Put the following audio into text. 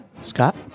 Scott